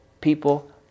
people